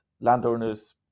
landowners